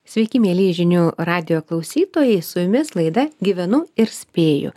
sveiki mielieji žinių radijo klausytojai su jumis laida gyvenu ir spėju